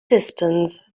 distance